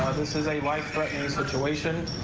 this is a life threatening situations.